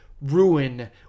ruin